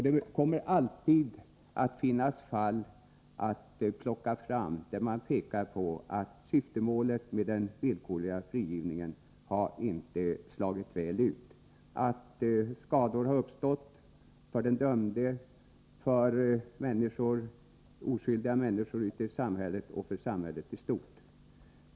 Det kommer alltid att finnas fall där man kan peka på att den villkorliga frigivningen inte har slagit väl ut, att skador har uppstått för den dömde, för oskyldiga människor i samhället och för samhället i stort.